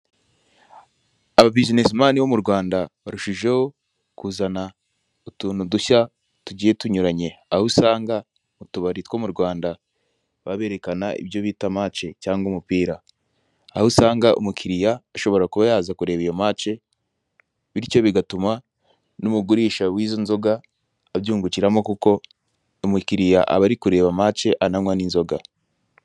Aba bizinesimani bo mu Rwanda barushijeho kuzana utuntu dushya tugiye tunyuranye; aho usanga utubari two mu Rwanda baba berekana ibyo bita mace cyangwa umupira, aho usanga umukiriya ashobora kuba yaza kureba iyo mace bityo bigatuma n'umugurisha w'izo nzoga abyungukiramo kuko umukiriya aba ari kureba mace ananywa n'inzoga.